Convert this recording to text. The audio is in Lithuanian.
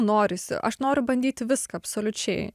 norisi aš noriu bandyti viską absoliučiai